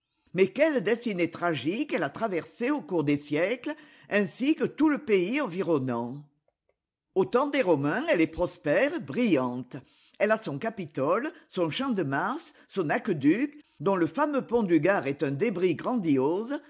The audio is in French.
mais quelles destinées tragiques elle a traversées au cours des siècles ainsi que tout le pays environnant au temps des romains elle est prospère brillante elle a son capitole son champ demars son aqueduc dont le fameux pont du gard est un débris grandiose